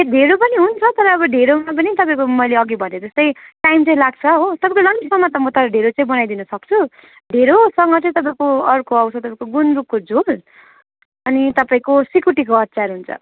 ढेँडो पनि हुन्छ तर अब ढेँडोमा पनि तपाईँको मैले अगि भने जस्तै टाइम चाहिँ लाग्छ हो तपाईँको लन्चसम्म त म तर ढेँडो चाहिँ बनाइदिनु सक्छु ढेँडोसँग चाहिँ तपाईँको अर्को आउँछ तपाईँको गुन्द्रुकको झोल अनि तपाईँको सिकुटीको अचार हुन्छ